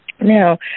Now